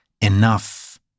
Enough